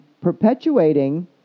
perpetuating